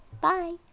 Bye